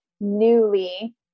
newly